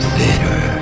Theater